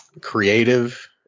creative